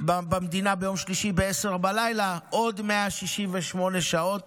במדינה ביום שלישי ב-22:00, עוד 168 שעות